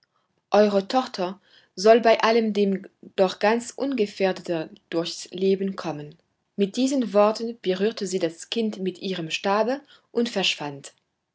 eure tochter soll bei allem dem doch ganz ungefährdet durchs leben kommen mit diesen worten berührte sie das kind mit ihrem stabe und verschwand